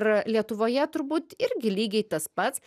ir lietuvoje turbūt irgi lygiai tas pats